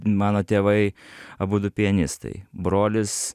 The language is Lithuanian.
mano tėvai abudu pianistai brolis